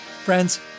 Friends